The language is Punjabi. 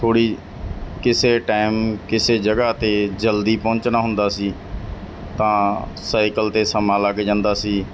ਥੋੜ੍ਹੀ ਕਿਸੇ ਟਾਈਮ ਕਿਸੇ ਜਗ੍ਹਾ 'ਤੇ ਜਲਦੀ ਪਹੁੰਚਣਾ ਹੁੰਦਾ ਸੀ ਤਾਂ ਸਾਈਕਲ 'ਤੇ ਸਮਾਂ ਲੱਗ ਜਾਂਦਾ ਸੀ